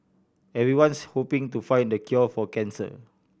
everyone's hoping to find the cure for cancer